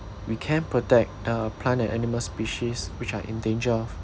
we can protect the plant and animal species which are in danger of